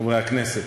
חברי הכנסת,